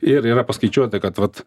ir yra paskaičiuota kad vat